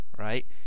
Right